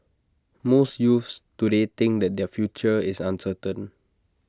most youths today think that their future is uncertain